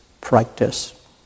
practice